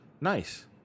Nice